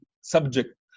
subject